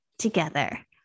Together